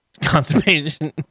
constipation